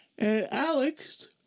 Alex